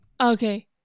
Okay